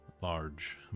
large